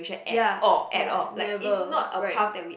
ya ya never right